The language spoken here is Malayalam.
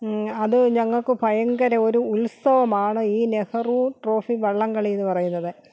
അത് ഞങ്ങൾക്ക് ഭയങ്കര ഒരു ഉത്സവമാണ് ഈ നെഹ്റു ട്രോഫി വള്ളംകളി എന്ന് പറയുന്നത്